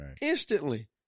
Instantly